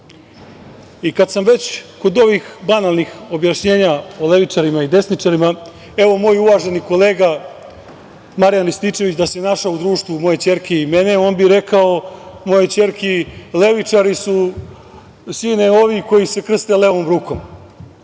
sam već kod ovih banalnih objašnjenja o levičarima i desničarima, evo moj uvaženi kolega Marijan Rističević, da se našao u društvu moje kćerke i mene, on bi rekao mojoj kćerki, levičari su, sine ovi koji se krste levom rukom,